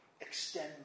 extend